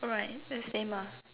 alright that's same ah